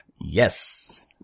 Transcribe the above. Yes